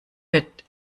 wird